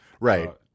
right